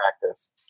practice